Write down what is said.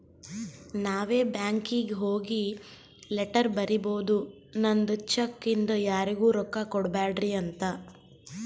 ನಾವೇ ಬ್ಯಾಂಕೀಗಿ ಹೋಗಿ ಲೆಟರ್ ಬರಿಬೋದು ನಂದ್ ಚೆಕ್ ಇಂದ ಯಾರಿಗೂ ರೊಕ್ಕಾ ಕೊಡ್ಬ್ಯಾಡ್ರಿ ಅಂತ